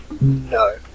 No